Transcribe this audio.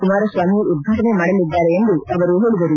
ಕುಮಾರಸ್ವಾಮಿ ಉದ್ಘಾಟನೆ ಮಾಡಲಿದ್ದಾರೆ ಎಂದು ಅವರು ಹೇಳಿದರು